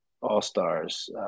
all-stars